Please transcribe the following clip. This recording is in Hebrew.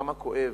כמה כואב.